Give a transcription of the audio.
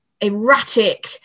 erratic